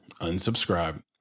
unsubscribe